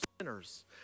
sinners